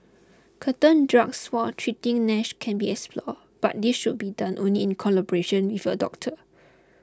certain drugs for treating Nash can be explored but this should be done only in collaboration with your doctor